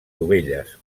dovelles